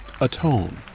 atone